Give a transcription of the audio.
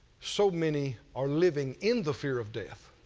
so many are living in the fear of death.